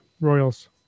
Royals